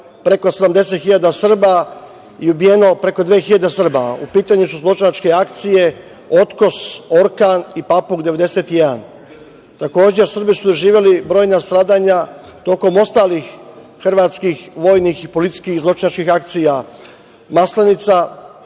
preko 70.000 Srba i ubijeno preko 2.000 Srba. U pitanju su zločinačke akcije „Otkos“, „Orkan“ i „Papuk 91“. Takođe Srbi su doživeli brojna stradanja tokom ostalih hrvatskih vojnih i policijskih zločinačkih akcija „Maslenica“,